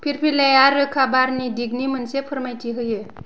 फिरफिलाया रोखा बारनि दिगनि मोनसे फोरमायथि होयो